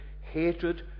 hatred